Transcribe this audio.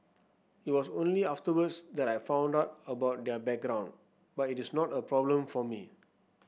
it was only afterwards that I found out about their background but it is not a problem for me